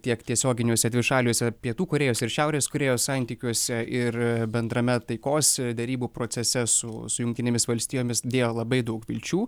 tiek tiesioginiuose dvišaliuose pietų korėjos ir šiaurės korėjos santykiuose ir bendrame taikos derybų procese su jungtinėmis valstijomis dėjo labai daug vilčių